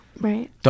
Right